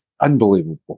unbelievable